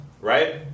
right